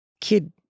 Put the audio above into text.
kid